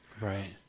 Right